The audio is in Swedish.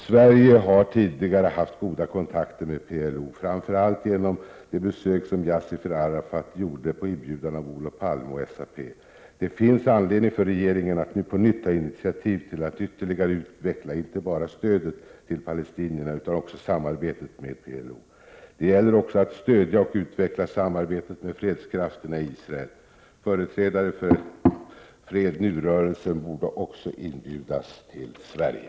Sverige har tidigare haft goda kontakter med PLO, framför allt genom det besök som Yassir Arafat gjorde på inbjudan av Olof Palme och SAP. Det finns anledning för regeringen att nu på nytt ta initiativ till att ytterligare utveckla inte bara stödet till palestinierna utan också samarbetet med PLO. Det gäller också att stödja och utveckla samarbetet med fredskrafterna i Israel. Företrädare för Fred Nu-rörelsen borde också inbjudas till Sverige.